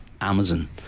Amazon